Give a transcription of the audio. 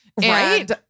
Right